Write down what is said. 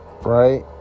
right